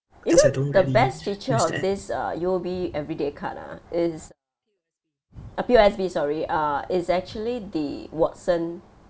you know the best feature of this uh U_O_B everyday card ah is uh P_O_S_B sorry err is actually the Watson